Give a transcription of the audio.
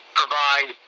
provide